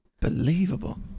believable